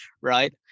right